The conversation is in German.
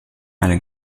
eine